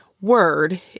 word